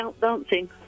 dancing